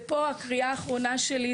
פה הקריאה האחרונה שלי,